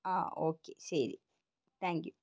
ആ ഓക്കെ ശരി thank U